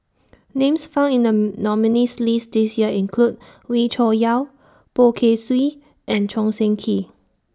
Names found in The nominees' list This Year include Wee Cho Yaw Poh Kay Swee and Choo Seng Quee